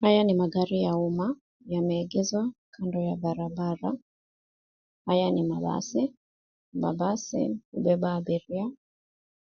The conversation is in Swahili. Haya ni magari ya umma. Yameegeshwa kando ya barabara. Haya ni mabasi, mabasi hubeba abiria